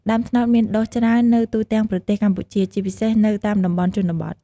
ដើមត្នោតមានដុះច្រើននៅទូទាំងប្រទេសកម្ពុជា ជាពិសេសនៅតាមតំបន់ជនបទ។